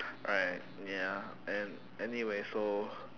alright ya and anyway so